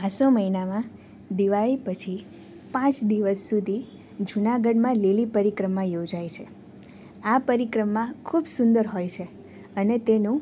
આસો મહિનામાં દિવાળી પછી પાંચ દિવસ સુધી જૂનાગઢમાં લીલી પરિક્રમા યોજાય છે આ પરિક્રમા ખૂબ સુંદર હોય છે અને તેનું